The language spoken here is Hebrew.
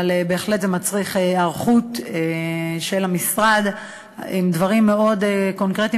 אבל בהחלט זה מצריך היערכות של המשרד עם דברים מאוד קונקרטיים